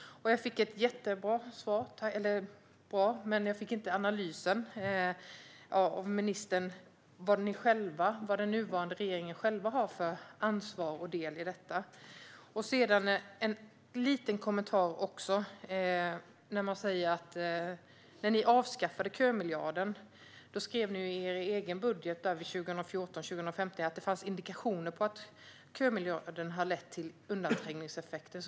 Jag fick ett jättebra svar från ministern, men jag fick ingen analys av vilket ansvar och vilken del i detta den nuvarande regeringen själv har. Jag vill också nämna att ni när ni avskaffade kömiljarden skrev i er egen budget för 2014-2015 att det fanns indikationer på att kömiljarden har lett till undanträngningseffekter.